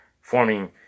forming